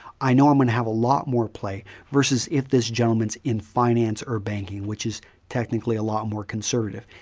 i know i'm going have a lot more play versus if this gentleman's in finance or banking, which is technically a lot more conservative.